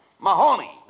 Mahoney